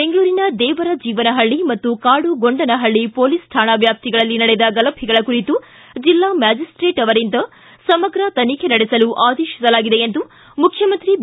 ಬೆಂಗಳೂರಿನ ದೇವರಜೀವನಹಳ್ಳಿ ಹಾಗು ಕಾಡುಗೊಂಡನಹಳ್ಳಿ ಪೊಲೀಸ್ ರಾಣಾ ವ್ಕಾಪ್ತಿಗಳಲ್ಲಿ ನಡೆದ ಗಲಭೆಗಳ ಕುರಿತು ಜಿಲ್ಲಾ ಮ್ಕಾಜಿಸ್ಟೇಟ್ ಅವರಿಂದ ಸಮಗ್ರ ತನಿಖೆ ನಡೆಸಲು ಆದೇಶಿಸಲಾಗಿದೆ ಎಂದು ಮುಖ್ಯಮಂತ್ರಿ ಬಿ